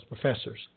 professors